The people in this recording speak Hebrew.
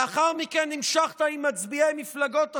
לאחר מכן המשכת עם מצביעי על מפלגות השמאל,